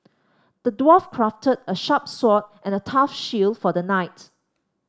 the dwarf crafted a sharp sword and a tough shield for the knight